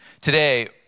today